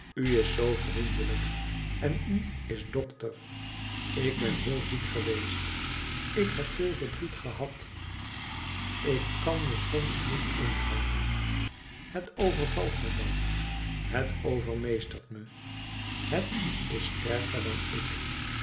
is zoo vriendelijk en u is dokter ik ben heel ziek geweest ik heb veel verdriet gehad ik kan me soms niet inhouden het overvalt me dan het overmeestert me het is sterker dan ik